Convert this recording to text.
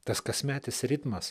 tas kasmetis ritmas